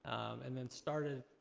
and then started,